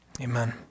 amen